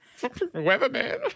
weatherman